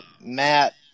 Matt